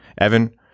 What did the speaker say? Evan